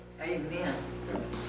Amen